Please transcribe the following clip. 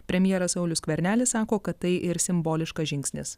premjeras saulius skvernelis sako kad tai ir simboliškas žingsnis